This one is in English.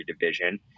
division